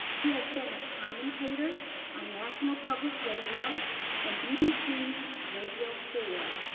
he has been a commentator on national public radio and bbc's radio four,